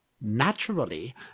Naturally